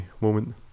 moment